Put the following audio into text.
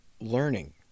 learning